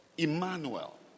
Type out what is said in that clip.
Emmanuel